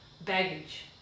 baggage